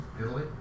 Italy